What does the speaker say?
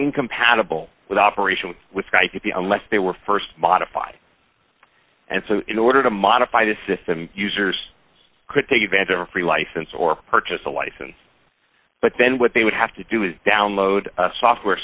incompatible with operation with sky could be unless they were st modified and so in order to modify the system users could take advantage of a free license or purchase a license but then what they would have to do is download a software